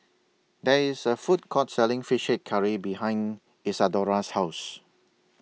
There IS A Food Court Selling Fish Head Curry behind Isadora's House